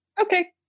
Okay